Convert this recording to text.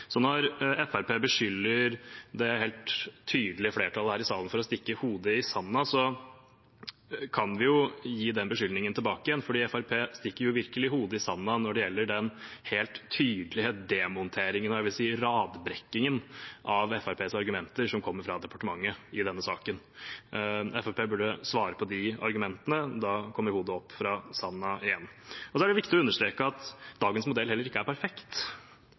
Når Fremskrittspartiet beskylder det helt tydelige flertallet i salen for å stikke hodet i sanden, kan vi jo gi den beskyldningen tilbake igjen, for Fremskrittspartiet stikker virkelig hodet i sanden når det gjelder den helt tydelige demonteringen – jeg vil si radbrekkingen – av Fremskrittspartiets argumenter som kommer fra departementet i denne saken. Fremskrittspartiet burde svare på de argumentene. Da kommer hodet opp fra sanden igjen. Det er viktig å understreke at dagens modell heller ikke er perfekt.